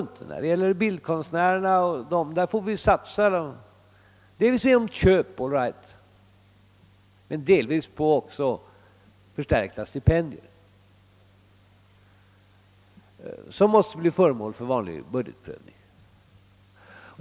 När det gäller bildkonstnärerna får vi hjälpa dem dels genom att köpa men dels också genom förstärkta stipendier, vilka måste bli föremål för vanlig budgetprövning.